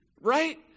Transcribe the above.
right